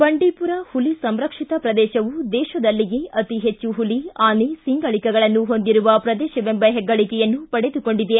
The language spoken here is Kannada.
ಬಂಡೀಪುರ ಹುಲಿ ಸಂರಕ್ಷಿತ ಪ್ರದೇಶವು ದೇಶದಲ್ಲಿಯೇ ಅತೀ ಹೆಚ್ಚು ಹುಲಿ ಆನೆ ಸಿಂಗಳೀಕಗಳನ್ನು ಹೊಂದಿರುವ ಪ್ರದೇಶವೆಂಬ ಹೆಗ್ಗಳಕೆಯನ್ನು ಪಡೆದುಕೊಂಡಿದೆ